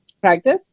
Practice